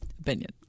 opinion